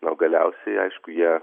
o galiausiai aišku jie